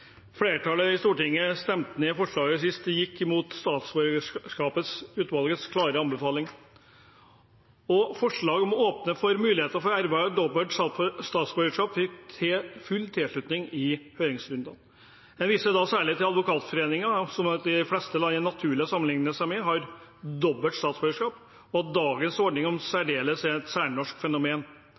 Flertallet i Stortinget stemte ned forslaget sist – mot statsborgerskapsutvalgets klare anbefaling. Forslaget om å åpne for mulighet til å erverve dobbelt statsborgerskap fikk full tilslutning i høringsrunden. Jeg viser da særlig til en uttalelse fra Advokatforeningen om at de fleste land det er naturlig å sammenligne seg med, har dobbelt statsborgerskap, og at dagens ordning således er et særnorsk fenomen.